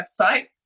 website